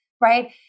right